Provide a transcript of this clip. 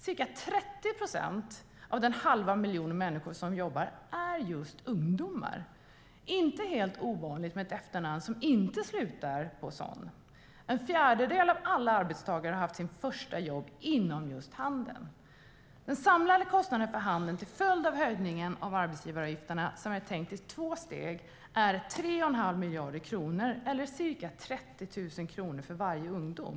Ca 30 procent av den halva miljon människor som jobbar inom handeln är just ungdomar, och det är inte helt ovanligt med ett efternamn som inte slutar på son. En fjärdedel av alla arbetstagare har haft sitt första jobb inom just handeln. Den samlade kostnaden för handeln till följd av höjningen av arbetsgivaravgifterna, som är tänkta i två steg, är 3 1⁄2 miljarder kronor eller ca 30 000 kronor för varje ungdom.